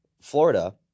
florida